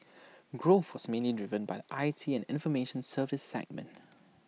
growth was mainly driven by I T and information services segment